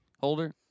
Holder